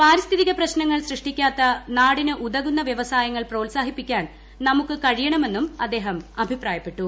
പാരിസ്ഥിതിക പ്രശ്നങ്ങൾ സൃഷ്ടിക്കാത്ത നാടിന് ഉതകുന്ന ് പ്രോത്സാഹിപ്പിക്കാൻ വ്യവസായങ്ങൾ നമുക്ക് കഴിയണമെന്നും അദ്ദേഹം അഭിപ്രായപ്പെട്ടു